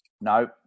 No